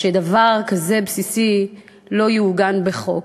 דבר כזה בסיסי לא יעוגן בחוק.